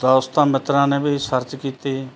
ਦੋਸਤਾਂ ਮਿੱਤਰਾਂ ਨੇ ਵੀ ਸਰਚ ਕੀਤੀ